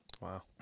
Wow